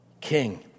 king